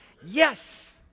yes